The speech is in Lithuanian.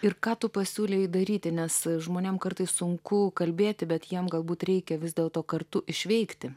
ir ką tu pasiūlei daryti nes žmonėm kartais sunku kalbėti bet jiem galbūt reikia vis dėlto kartu išveikti